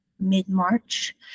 mid-March